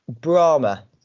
Brahma